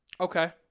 Okay